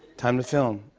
time to film.